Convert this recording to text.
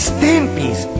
Stimpy's